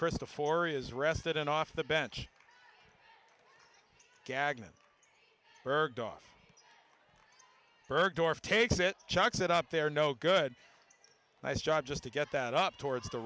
christof or is rested and off the bench gagne bergdorf bergdorf takes it chucks it up they're no good nice job just to get that up towards the